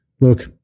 Look